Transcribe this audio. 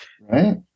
right